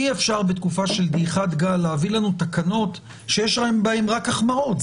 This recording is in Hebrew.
אי אפשר בתקופה של דעיכת גל להביא לנו תקנות שיש בהן רק החמרות.